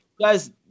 guys